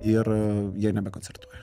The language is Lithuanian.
ir jie nebekoncertuoja